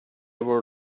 were